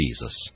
Jesus